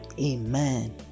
Amen